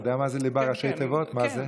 אתה יודע מה זה ליבה ראשי תיבות, מה זה?